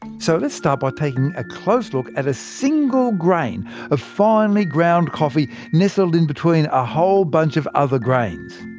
so let's start by taking a close look at a single grain of finely ground coffee, nestled in between a whole bunch of other grains.